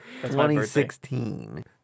2016